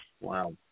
Wow